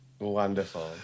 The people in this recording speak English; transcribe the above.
Wonderful